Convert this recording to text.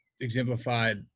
exemplified